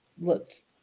looked